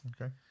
Okay